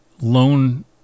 loan